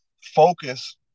Focus